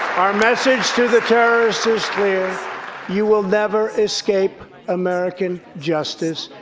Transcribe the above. our message to the terrorists is clear you will never escape american justice.